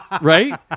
right